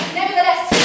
nevertheless